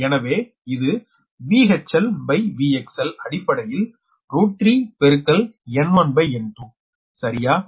எனவே இது VHLVXLஅடிப்படையில் 3 N1N2 சரியா